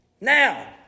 Now